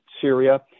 Syria